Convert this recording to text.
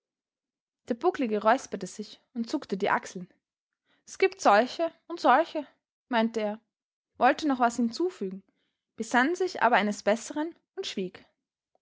der bucklige räusperte sich und zuckte die achseln s gibt solche und solche meinte er wollte noch was hinzufügen besann sich aber eines besseren und schwieg